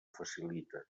facilita